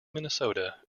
minnesota